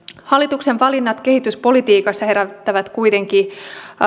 hallituksen valinnat kehityspolitiikassa herättävät kuitenkin